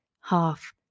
half